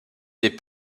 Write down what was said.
des